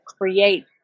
create